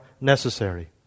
necessary